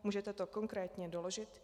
Můžete to konkrétně doložit?